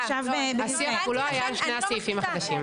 אנחנו עכשיו --- הוא לא היה על שני הסעיפים החדשים.